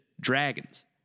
dragons